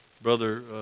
Brother